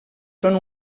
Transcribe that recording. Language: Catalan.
són